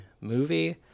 movie